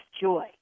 joy